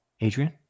Adrian